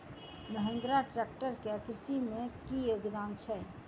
Mahindra tractor केँ कृषि मे की योगदान छै?